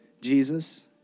Jesus